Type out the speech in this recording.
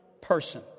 person